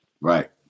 Right